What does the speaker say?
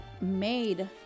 made